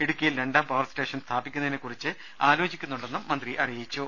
ഇടുക്കിയിൽ രണ്ടാം power station സ്ഥാപിക്കുന്നതിനെക്കുറിച്ച് ആലോചിക്കുന്നുണ്ടെന്നും മന്ത്രി പറഞ്ഞു